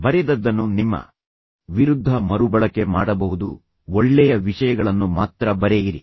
ಬರೆದದ್ದನ್ನು ನಿಮ್ಮ ವಿರುದ್ಧ ಮರುಬಳಕೆ ಮಾಡಬಹುದು ಒಳ್ಳೆಯ ವಿಷಯಗಳನ್ನು ಮಾತ್ರ ಬರೆಯಿರಿ